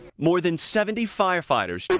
more than seventy firefighters